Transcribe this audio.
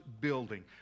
building